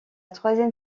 troisième